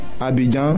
Abidjan